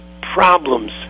problems